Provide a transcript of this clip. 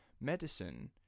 medicine